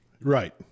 Right